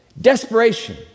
Desperation